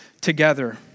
together